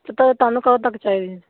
ਪਤਾ ਤੁਹਾਨੂੰ ਕਦੋਂ ਤੱਕ ਚਾਹੀਦੇ